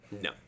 No